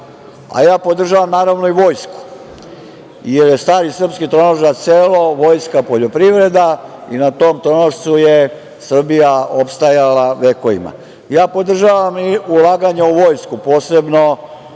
a ja podržavam naravno i vojsku, jer je stari srpski tronožac selo, vojska poljoprivreda i na tom tronošcu je Srbija opstajala vekovima. Ja podržavam i ulaganje u vojsku, posebno